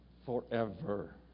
forever